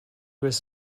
was